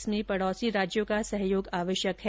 इसमें पड़ौसी राज्यों का सहयोग आवश्यक है